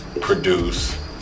produce